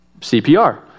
CPR